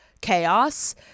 chaos